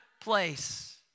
place